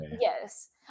yes